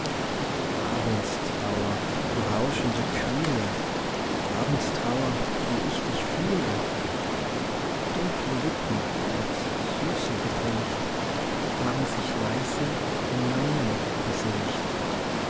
abendtrauer du rauschende kühle abendtrauer wie ich dich fühle dunkle lippen mit süße getränkt haben sich leise den meinen gesenkt